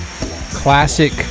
classic